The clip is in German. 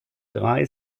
drei